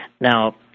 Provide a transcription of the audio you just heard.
Now